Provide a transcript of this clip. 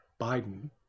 biden